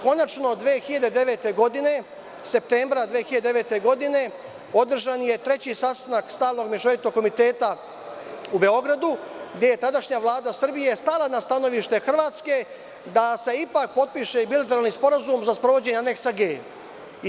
Konačno 2009. godine, septembra, održan je treći sastanak stalnog mešovitog Komiteta u Beogradu, gde je tadašnja Vlada Srbije stala na stanovište Hrvatske da se ipak potpiše bilateralni sporazum za sprovođenje Aneksa „G“